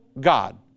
God